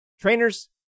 Trainers